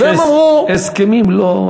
שהסכמים לא,